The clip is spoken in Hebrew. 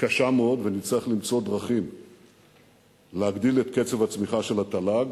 קשה מאוד ונצטרך למצוא דרכים להגדיל את קצב הצמיחה של התל"ג.